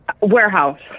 Warehouse